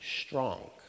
strong